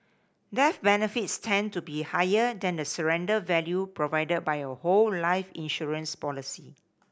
death benefits tend to be higher than the surrender value provided by a whole life insurance policy